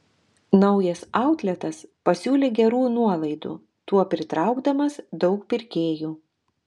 naujas autletas pasiūlė gerų nuolaidų tuo pritraukdamas daug pirkėjų